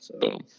Boom